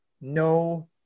no